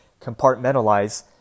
compartmentalize